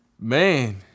Man